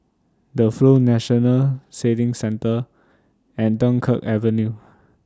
The Flow National Sailing Centre and Dunkirk Avenue